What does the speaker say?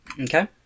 Okay